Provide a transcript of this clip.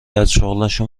ازشغلشون